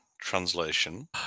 translation